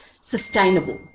sustainable